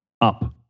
up